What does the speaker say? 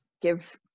give